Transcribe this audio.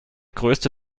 größte